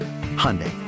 Hyundai